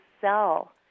sell